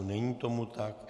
Není tomu tak.